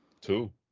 two